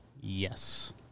Yes